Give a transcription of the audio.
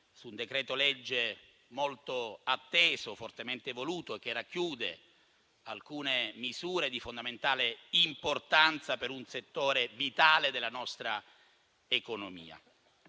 su un decreto-legge molto atteso e fortemente voluto, che racchiude alcune misure di fondamentale importanza per un settore vitale della nostra economia,